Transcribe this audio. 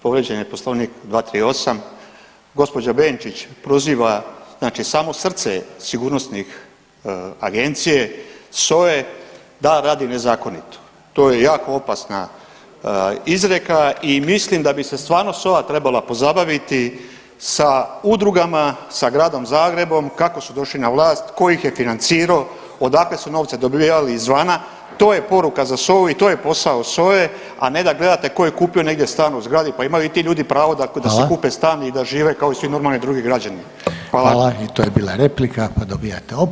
Povrijeđen je Poslovnik 238., gđa. Benčić proziva znači samo srce sigurnosne agencije SOA-e da radi nezakonito, to je jako opasna izrijeka i mislim da bi se stvarno SOA trebala pozabaviti sa udrugama, sa Gradom Zagrebom kako su došli na vlast, ko ih je financirao, odakle su novce dobivali izvana, to je poruka za SOA-u i to je posao SOA-e, a ne da gledate ko je kupio negdje stan u zgradi, pa imaju i ti ljudi pravo da si kupe stan i da žive kao i svi normalni drugi građani, hvala.